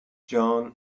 john